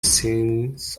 sins